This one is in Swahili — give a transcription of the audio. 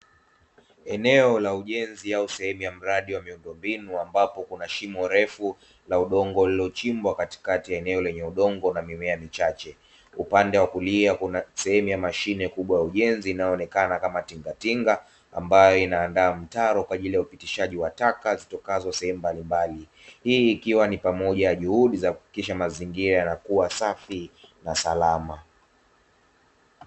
Eneo la ujenzi au sehemu ya mradi wa miundombinu ambapo kuna shimo refu la udongo lililochimbwa katikati ya eneo lenye udongo na mimea michache, upande wa kulia kuna sehemu ya mashine kubwa ya ujenzi inayoonekana kama tingatinga ambayo inaandaa mtaro kwa ajili ya upitishaji wa taka zitokanazo sehemu mbalimbali. Hii ikiwa ni pamoja juhudi za Kisha mazingira yanakuwa safi na salama.